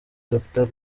docteur